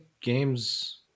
games